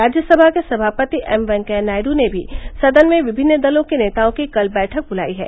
राज्यसभा के सभापति एम वेंकैया नायडू ने भी सदन में विभिन्न दलों के नेताओं की कल बैठक बुलाई है